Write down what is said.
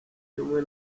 cy’ubumwe